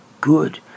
good